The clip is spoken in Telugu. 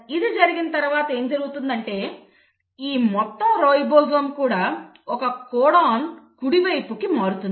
ఇది జరిగిన తర్వాత ఏమి జరుగుతుంది అంటే ఈ మొత్తం రైబోజోమ్ ఒక కోడాన్ కుడి వైపుకు మారుతుంది